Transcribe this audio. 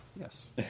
Yes